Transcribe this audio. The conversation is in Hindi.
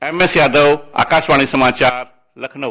एमएस यादव आकाशवाणी समाचार लखनऊ